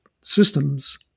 systems